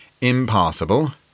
Impossible